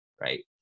Right